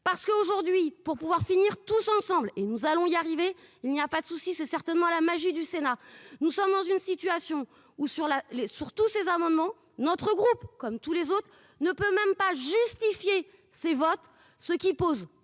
parce qu'aujourd'hui, pour pouvoir finir tous ensemble et nous allons-y arriver, il n'y a pas de souci, c'est certainement la magie du Sénat, nous sommes dans une situation où, sur la les surtout ces armements notre groupe comme tous les autres ne peut même pas justifier ces votes, ce qui pose